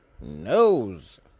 knows